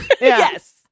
Yes